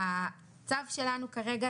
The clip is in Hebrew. הצו שלנו כרגע,